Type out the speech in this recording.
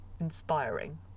inspiring